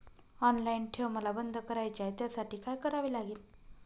Online ठेव मला बंद करायची आहे, त्यासाठी काय करावे लागेल?